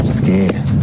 scared